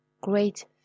Great